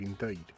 indeed